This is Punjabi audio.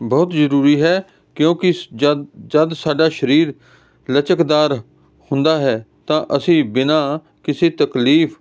ਬਹੁਤ ਜ਼ਰੂਰੀ ਹੈ ਕਿਉਂਕਿ ਜ ਜਦ ਸਾਡਾ ਸਰੀਰ ਲਚਕਦਾਰ ਹੁੰਦਾ ਹੈ ਤਾਂ ਅਸੀਂ ਬਿਨਾਂ ਕਿਸੇ ਤਕਲੀਫ